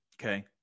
Okay